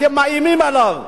אתם מאיימים עליו.